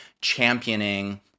championing